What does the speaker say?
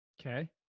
Okay